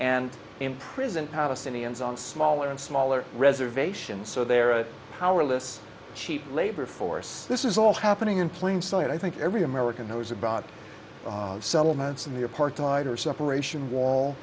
and imprison palestinians on smaller and smaller reservations so they're a powerless cheap labor force this is all happening in plain sight i think every american knows about the settlements and the apartheid or separation wall